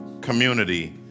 community